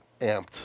Amped